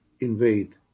invade